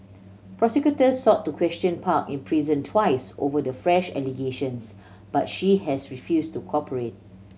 prosecutors sought to question park in prison twice over the fresh allegations but she has refused to cooperate